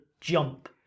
jump